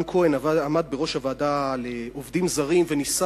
כהן עמד בראש הוועדה לעובדים זרים וניסה,